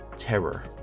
Terror